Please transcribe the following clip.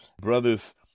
brothers